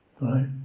Right